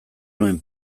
nuen